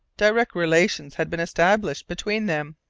direct relations had been established between them!